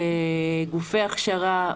גופי הכשרה,